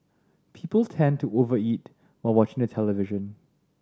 people tend to over eat while watching the television